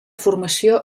formació